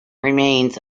remains